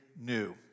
new